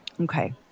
Okay